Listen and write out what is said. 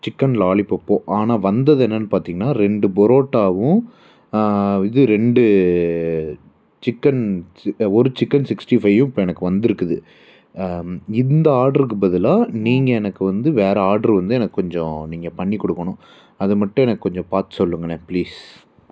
chicken லாலிபப்பும் ஆனால் வந்தது என்னென்னு பார்த்தீங்கன்னா ரெண்டு புரோட்டாவும் இது ரெண்டு சிக்கன் ஒரு சிக்கன் சிக்ஸ்டி ஃபையும் இப்போ எனக்கு வந்துருக்குது இந்த ஆர்டருக்கு பதிலாக நீங்கள் எனக்கு வந்து வேறு ஆர்டரு வந்து எனக்கு கொஞ்சம் நீங்கள் பண்ணி கொடுக்கணும் அதைமட்டும் எனக்கு கொஞ்சம் பார்த்து சொல்லுங்களேன் ப்ளீஸ்